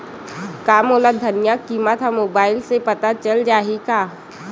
का मोला धनिया किमत ह मुबाइल से पता चल जाही का?